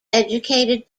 educated